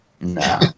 Nah